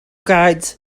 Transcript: guides